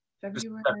February